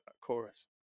chorus